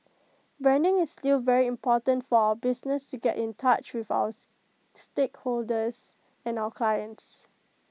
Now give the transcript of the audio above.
branding is still very important for our business to get in touch with our stakeholders and our clients